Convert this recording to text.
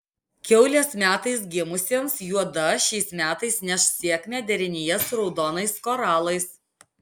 kiaulės metais gimusiems juoda šiais metais neš sėkmę derinyje su raudonais koralais